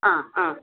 ആ ആ